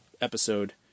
episode